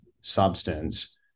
substance